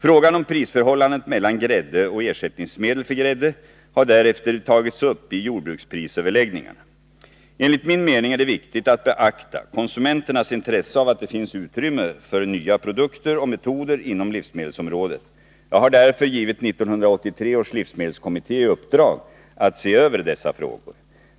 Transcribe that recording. Frågan om prisförhållandet mellan grädde och ersättningsmedel för grädde har därefter tagits upp i jordbruksprisöverläggningarna. Enligt min mening är det viktigt att beakta konsumenternas intresse av att det finns utrymme för nya produkter och metoder inom livsmedelsområdet. Jag har därför givit 1983 års livsmedelskommitté i uppdrag att se över dessa frågor.